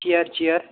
chair chair